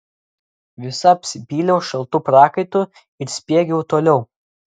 visa apsipyliau šaltu prakaitu ir spiegiau toliau